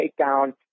takedown